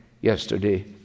yesterday